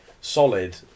solid